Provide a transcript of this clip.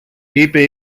είπε